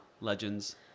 legends